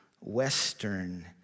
Western